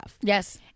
Yes